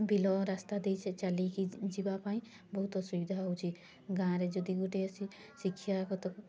ବିଲ ରାସ୍ତା ଦେଇ ସେ ଚାଲିକି ଯିବାପାଇଁ ବହୁତ ଅସୁବିଧା ହେଉଛି ଗାଁ'ରେ ଯଦି ଗୋଟିଏ ଶିକ୍ଷା ଶିକ୍ଷାଗତ